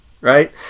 right